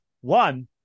one